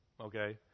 Okay